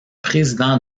président